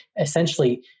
essentially